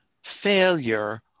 failure